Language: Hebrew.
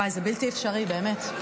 זה בלתי אפשרי, באמת.